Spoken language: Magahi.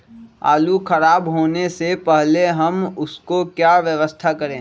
आलू खराब होने से पहले हम उसको क्या व्यवस्था करें?